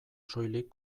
soilik